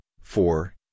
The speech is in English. four